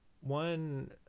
one